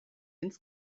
ins